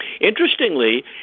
Interestingly